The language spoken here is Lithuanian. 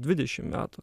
dvidešim metų